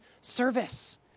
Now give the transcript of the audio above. service